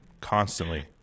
constantly